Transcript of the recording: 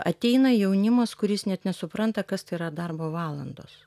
ateina jaunimas kuris net nesupranta kas tai yra darbo valandos